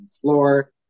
floor